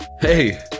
hey